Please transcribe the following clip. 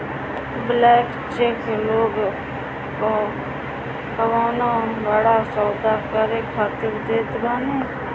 blank cheque लोग कवनो बड़ा सौदा करे खातिर देत बाने